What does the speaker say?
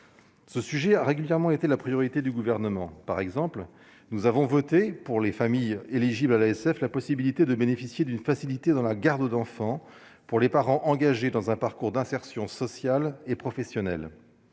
Ce sujet a régulièrement été la priorité du gouvernement, par exemple, nous avons voté pour les familles éligibles à l'ASF, la possibilité de bénéficier d'une facilité dans la garde d'enfants pour les parents, engagées dans un parcours d'insertion sociale et professionnelle,